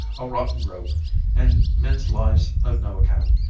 a rotten rope and men's lives of no account.